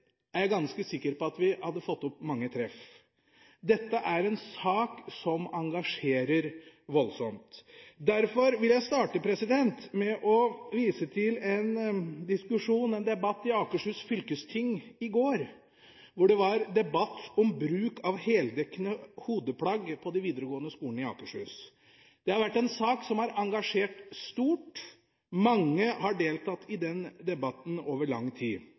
jeg ganske sikker på at vi hadde fått opp mange treff. Dette er en sak som engasjerer voldsomt. Derfor vil jeg starte med å vise til en debatt i Akershus fylkesting i går om bruk av heldekkende hodeplagg på de videregående skolene i Akershus. Det har vært en sak hvor det har vært stort engasjement – mange har deltatt i den debatten over lang tid.